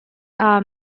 are